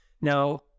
Now